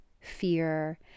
fear